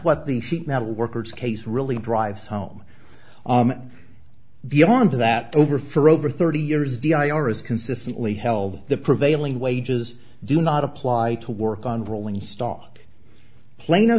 what the sheet metal workers case really drives home beyond that over for over thirty years d i r is consistently held the prevailing wages do not apply to work on rolling stock pla